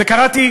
וקראתי,